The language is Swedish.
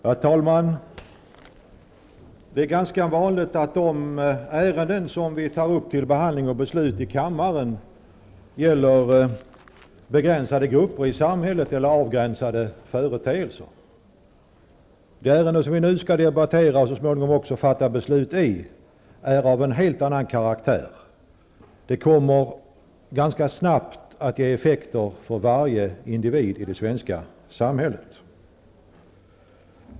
Herr talman! Det är ganska vanligt att de ärenden som tas upp till beslut och behandling i kammaren gäller begränsade grupper i samhället eller avgränsade företeelser. Det ärende som vi nu skall debattera och så småningom fatta beslut i är av en helt annan karaktär. Det kommer ganska snabbt att ge effekter för varje individ i det svenska samhället.